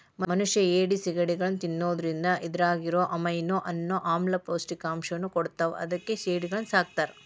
ಮನಷ್ಯಾ ಏಡಿ, ಸಿಗಡಿಗಳನ್ನ ತಿನ್ನೋದ್ರಿಂದ ಇದ್ರಾಗಿರೋ ಅಮೈನೋ ಅನ್ನೋ ಆಮ್ಲ ಪೌಷ್ಟಿಕಾಂಶವನ್ನ ಕೊಡ್ತಾವ ಅದಕ್ಕ ಏಡಿಗಳನ್ನ ಸಾಕ್ತಾರ